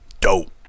Dope